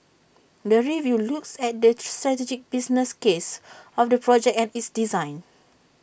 the review looks at the strategic business case of the project and its design